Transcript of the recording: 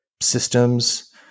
systems